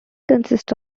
consists